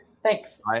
Thanks